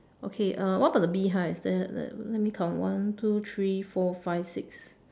okay uh what about the beehives there are there are let me count one two three four five six